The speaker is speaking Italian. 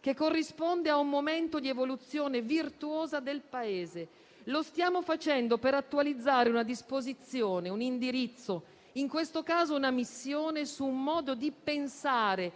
che corrisponde a un momento di evoluzione virtuosa del Paese. Lo stiamo facendo per attualizzare una disposizione, un indirizzo, in questo caso una missione su un modo di pensare,